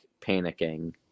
panicking